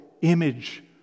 image